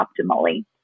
optimally